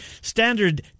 Standard